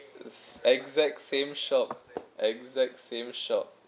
it's exact same shop exact same shop